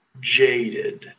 jaded